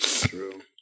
True